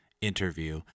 interview